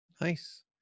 Nice